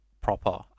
proper